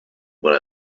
when